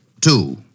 Two